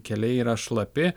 keliai yra šlapi